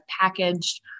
packaged